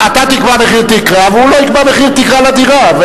אתה תקבע מחיר תקרה והוא לא יקבע מחיר תקרה לדירה.